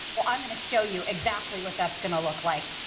well, i'm gonna show you exactly what that's gonna look like.